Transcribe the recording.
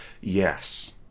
Yes